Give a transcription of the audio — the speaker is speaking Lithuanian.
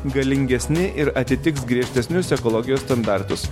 galingesni ir atitiks griežtesnius ekologijos standartus